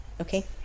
Okay